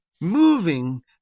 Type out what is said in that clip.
moving